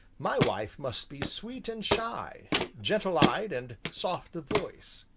my wife must be sweet and shy, gentle-eyed and soft of voice,